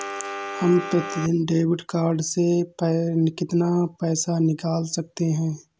हम प्रतिदिन debit card से कितना पैसा निकाल सकते हैं?